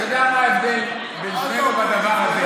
אתה יודע מה ההבדל בין שנינו בדבר הזה?